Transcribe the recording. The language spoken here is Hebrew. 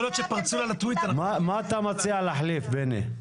מה אתה מציע להחליף, בני?